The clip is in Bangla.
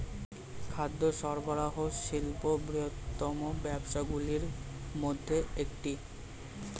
খাদ্য সরবরাহ শিল্প বৃহত্তম ব্যবসাগুলির মধ্যে একটি